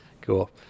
Cool